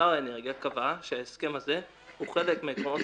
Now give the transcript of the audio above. שר האנרגיה קבע שההסכם הזה הוא חלק מעקרונות